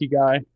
guy